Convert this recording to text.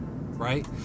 right